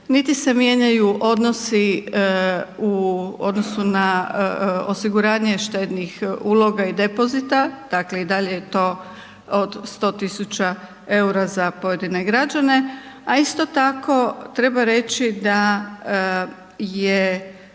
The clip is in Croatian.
niti se mijenjaju odnosi u odnosu na osiguranje štednih uloga i depozita, dakle i dalje je to od 100 eura za pojedine građane, a isto tako, treba reći da je